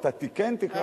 אתה כן תקרא,